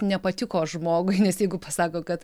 nepatiko žmogui nes jeigu pasako kad